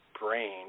brain